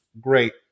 great